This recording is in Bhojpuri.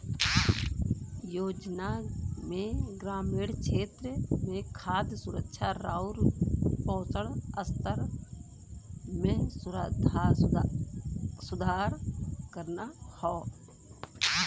योजना में ग्रामीण क्षेत्र में खाद्य सुरक्षा आउर पोषण स्तर में सुधार करना हौ